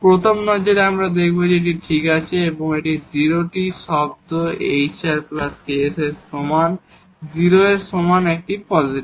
প্রথম নজরে আমরা দেখব যে এটি ঠিক আছে এটি 0 টি টার্ম hrks এর সমান 0 এর সমান একটি পজিটিভ